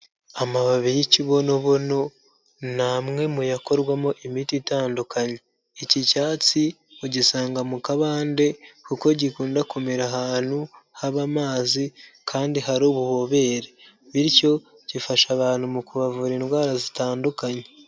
Amababi y'ikibonobono ni amwe muyakorwamo imiti itandukanye, iki cyatsi ugisanga mu kabande kuko gikunda kumera ahantu haba amazi kandi hari ububobere, bityo gifasha abantu mu kubavura indwara zitandukanye.